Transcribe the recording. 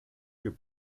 your